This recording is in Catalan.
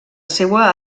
seua